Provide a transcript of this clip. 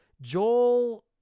joel